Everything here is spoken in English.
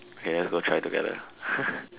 okay let's go try together